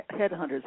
headhunters